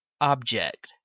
Object